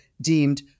deemed